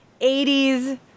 80s